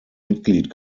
mitglied